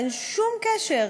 אין שום קשר?